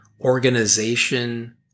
organization